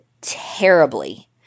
terribly